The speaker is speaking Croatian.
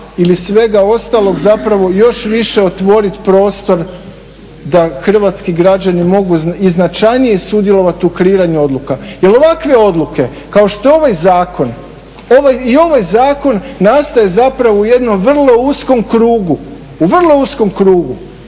ili svega ostalog zapravo još više otvorit prostor da hrvatski građani mogu i značajnije sudjelovat u kreiranju odluka. Jer ovakve odluke kao što je ovaj zakon i ovaj zakon nastaje zapravo u jednom vrlo uskom krugu, u vrlo uskom krugu.